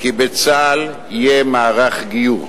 כי בצה"ל יהיה מערך גיור,